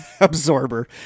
absorber